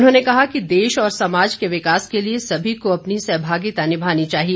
उन्होंने कहा कि देश और समाज के विकास के लिए सभी को अपनी सहभागिता निभानी चाहिए